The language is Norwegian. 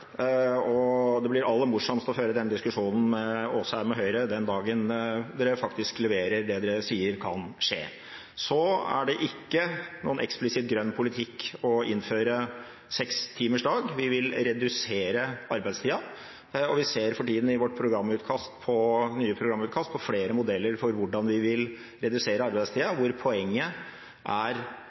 det. Det blir aller morsomst å føre denne diskusjonen med representanten Asheim og Høyre den dagen de faktisk leverer det de sier kan skje. Det er ingen eksplisitt grønn politikk å innføre 6-timers dag. Vi vil redusere arbeidstida. Vi ser for tida i vårt nye programutkast på flere modeller for hvordan vi vil redusere arbeidstida, hvor poenget er